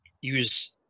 use